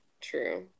true